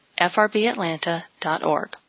frbatlanta.org